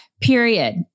period